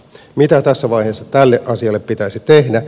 mitä tässä vaiheessa tälle asialle pitäisi tehdä